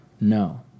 No